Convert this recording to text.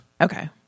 okay